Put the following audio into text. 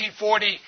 1940